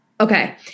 Okay